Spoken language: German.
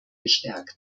gestärkt